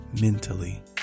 Mentally